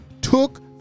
took